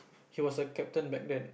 he was a captain back then